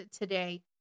today